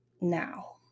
now